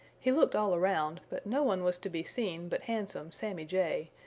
he looked all around but no one was to be seen but handsome sammy jay,